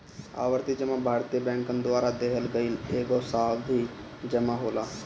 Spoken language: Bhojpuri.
आवर्ती जमा भारतीय बैंकन द्वारा देहल गईल एगो सावधि जमा होला